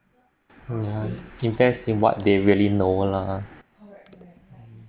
yeah invest in what they really know lah